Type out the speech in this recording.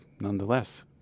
nonetheless